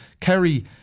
Kerry